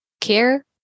care